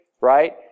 right